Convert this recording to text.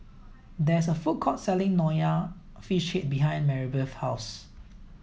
there is a food court selling Nonya Fish Head behind Maribeth's house